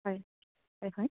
হয় হয় হয়